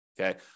Okay